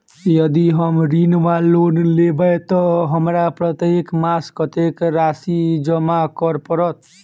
यदि हम ऋण वा लोन लेबै तऽ हमरा प्रत्येक मास कत्तेक राशि जमा करऽ पड़त?